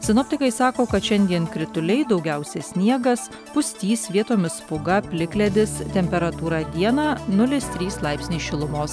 sinoptikai sako kad šiandien krituliai daugiausia sniegas pustys vietomis pūga plikledis temperatūra dieną nulis trys laipsniai šilumos